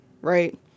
Right